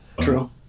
True